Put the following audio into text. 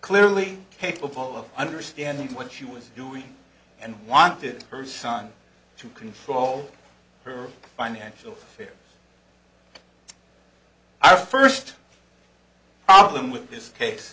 clearly capable of understanding what she was doing and wanted her son to control her financial affairs our first problem with th